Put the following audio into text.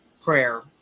prayer